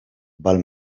val